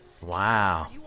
Wow